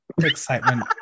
excitement